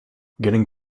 getting